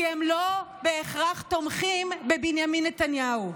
כי הם לא בהכרח תומכים בבנימין נתניהו?